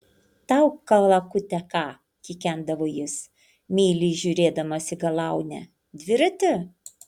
tau kalakute ką kikendavo jis meiliai žiūrėdamas į galaunę dviratį